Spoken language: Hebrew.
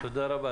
תודה רבה.